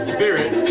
Spirit